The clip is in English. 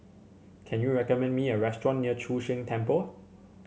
can you recommend me a restaurant near Chu Sheng Temple